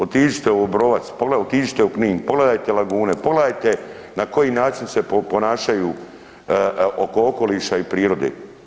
Otiđite u Obrovac, otiđite u Knin pogledajte lagune, pogledajte na koji način se ponašaju oko okoliša i prirode.